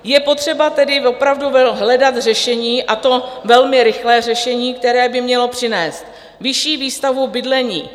Je potřeba tedy opravdu hledat řešení, a to velmi rychlé řešení, které by mělo přinést vyšší výstavbu bydlení.